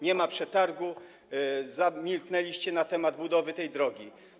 Nie ma przetargu, zamilkliście na temat budowy tej drogi.